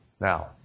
Now